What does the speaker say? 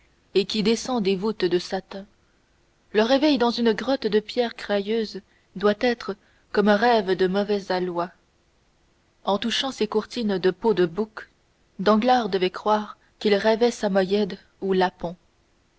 et qui descend des voûtes de satin le réveil dans une grotte de pierre crayeuse doit être comme un rêve de mauvais aloi en touchant ses courtines de peau de bouc danglars devait croire qu'il rêvait samoïèdes ou lapons